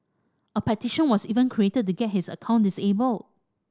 a petition was even created to get his account disabled